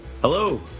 Hello